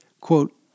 quote